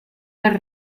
las